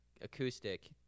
acoustic